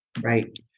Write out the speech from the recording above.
Right